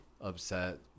upset